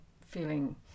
feeling